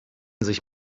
sich